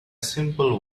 simple